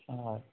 হয়